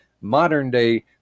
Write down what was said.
modern-day